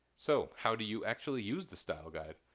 so, how do you actually use the style guide?